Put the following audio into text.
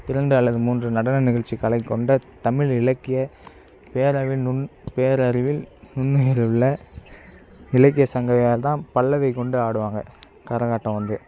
இரண்டு அல்லது மூன்று நடன நிகழ்ச்சி கலைக்கொண்ட தமிழ் இலக்கிய பேரறிவில் நுண்ணுயிரில் உள்ள இலக்கிய சங்கங்கள்தான் பல்லவி கொண்டு ஆடுவாங்க கரகாட்டம் வந்து